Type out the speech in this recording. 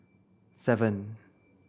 seven